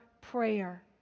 prayer